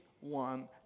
one